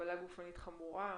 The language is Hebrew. בחבלה גופנית חמורה,